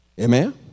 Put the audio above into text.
Amen